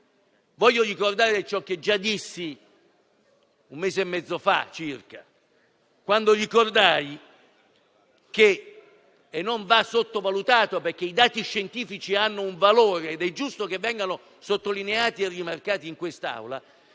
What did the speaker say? Voglio ricordare ciò che già dissi circa un mese e mezzo fa, quando ricordai - e non deve essere sottovalutato, perché i dati scientifici hanno un valore ed è giusto che vengano sottolineati e rimarcati in quest'Assemblea